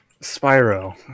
Spyro